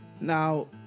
Now